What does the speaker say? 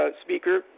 speaker